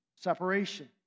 separation